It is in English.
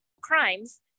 crimes